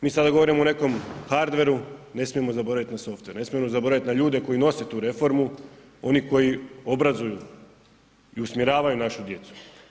Mi sada govorimo o nekom hardwareu, ne smijemo zaboraviti na software, ne smijemo zaboraviti na ljude koji nose tu reformu, oni koji obrazuju i usmjeravaju našu djecu.